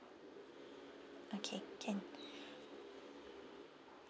okay can